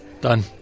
Done